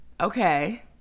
Okay